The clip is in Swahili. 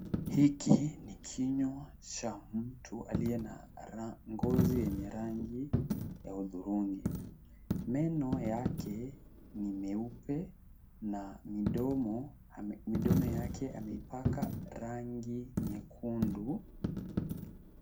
Hiki ni kinywa cha mtu aliye na ngozi yenye rangi ya hudhurungi. Meno yake ni meupe na mdomo yake ameipaka rangi nyekundu.